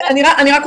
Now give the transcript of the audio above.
מהרדמה.